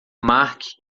mark